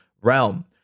realm